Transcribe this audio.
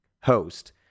host